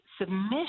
submission